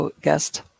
guest